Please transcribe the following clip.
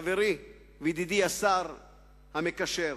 חברי וידידי השר המקשר,